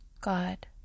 God